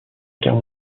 guerre